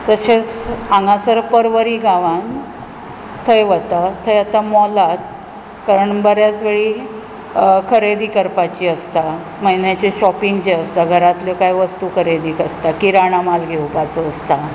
तशेंच हांगासर परवरी गांवांन थंय वता थंय आतां मॉलांत कारण बऱ्याच वेळी खरेदी करपाची आसता म्हयन्याचें शॉपींग जे आसता घरांतलें काय वस्तू खरेदीक आसता किराणा माल घेवपाचो आसता